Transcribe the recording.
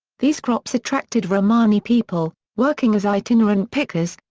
these crops attracted romani people, working as itinerant pickers,